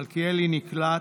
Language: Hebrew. מלכיאלי, נקלט,